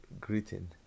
greeting